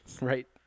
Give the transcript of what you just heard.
Right